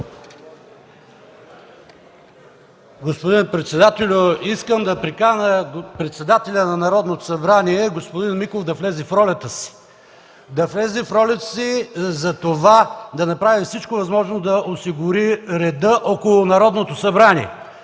Господин председателю, искам да приканя председателя на Народното събрание – господин Миков, да влезе в ролята си, да влезе в ролята си и да направи всичко възможно, за да осигури реда около Народното събрание.